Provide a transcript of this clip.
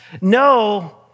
No